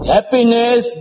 Happiness